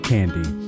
Candy